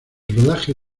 rodaje